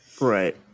Right